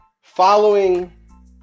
Following